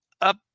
up